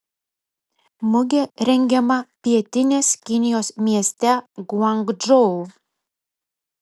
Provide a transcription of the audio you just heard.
mugė rengiama pietinės kinijos mieste guangdžou